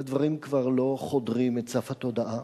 הדברים כבר לא חודרים את סף התודעה